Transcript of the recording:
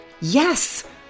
yes